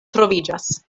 troviĝas